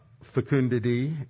fecundity